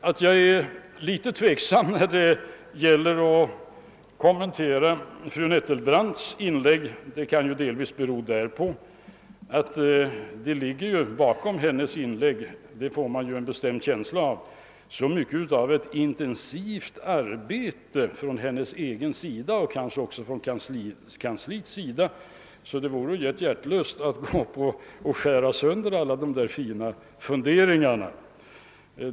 Att jag var litet tveksam när det gällde att kommentera fru Nettelbrandts inlägg kan delvis bero på att jag fick en bestämd känsla att det bakom hennes inlägg låg så mycket intensivt arbete från hennes egen och kanske även kanslieis sida att det vore hjärtlöst att skära sönder alla de fina funderingarna.